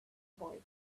boy